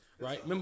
right